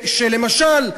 למשל,